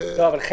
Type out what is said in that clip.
יכול